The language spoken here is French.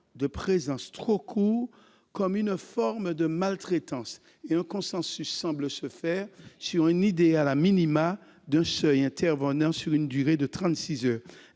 de présence trop courts comme une forme de maltraitance. [...] Le consensus semble se faire sur un idéal d'un seul intervenant sur une durée de trente-six